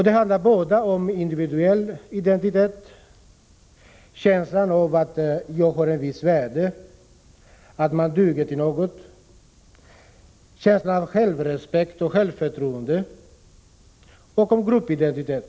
Det handlar både om individuell identitet — känslan av att man har ett visst värde och duger till något, självrespekt och självförtroende — och om gruppidentitet.